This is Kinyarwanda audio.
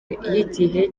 y’igihe